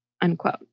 unquote